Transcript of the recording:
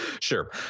Sure